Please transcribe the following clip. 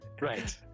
right